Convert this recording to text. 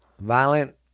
violent